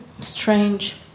strange